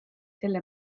selle